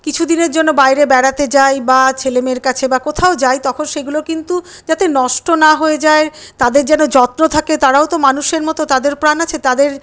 কিছু দিনের জন্য বাইরে বেড়াতে যাই বা ছেলেমেয়ের কাছে বা কোথাও যাই তখন সেগুলো কিন্তু যাতে নষ্ট না হয়ে যায় তাদের যেন যত্ন থাকে তারাও তো মানুষের মতো তাদের প্রাণ আছে তাদের